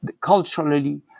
culturally